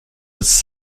his